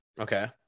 okay